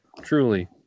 Truly